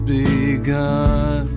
begun